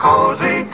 Cozy